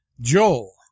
Joel